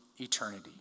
eternity